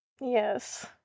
Yes